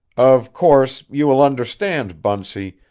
of course you will understand, bunsey,